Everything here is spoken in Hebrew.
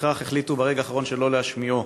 לפיכך החליטו ברגע האחרון שלא להשמיעו.